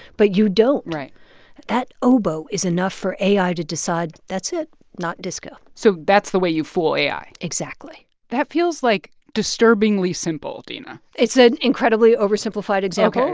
but you don't right that oboe is enough for ai to decide, that's it not disco so that's the way you fool ai exactly that feels, like, disturbingly simple, dina it's an incredibly oversimplified example. ok.